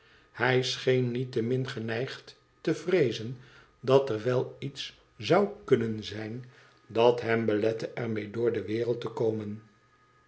hij scheen niettemin geneigd te vreezen dat er wel iets zou kunnen zijn dat hem belette er mee door de wereld te komen